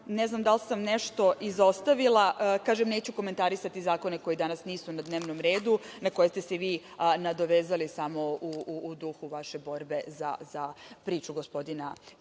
ne znam da li sam nešto izostavila, a kažem neću komentarisati zakone koji danas nisu na dnevnom redu, na koje ste se vi nadovezali u duhu vaše borbe za priču, gospodina